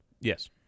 Yes